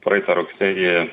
praeitą rugsėjį